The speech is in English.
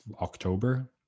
October